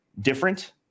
different